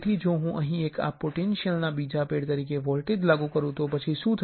તેથી જો હું અહીં આ પોટેંશિયલ ના બીજા પેડ તરીકે વોલ્ટેજ લાગુ કરું તો પછી શુ થશે